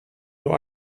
nur